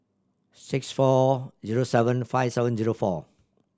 six four zero seven five seven zero four